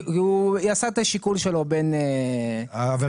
כי הוא עשה את השיקול שלו בין איכות הסביבה --- אבל